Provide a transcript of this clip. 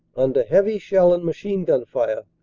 under heavy shell and machine-gun fire,